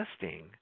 testing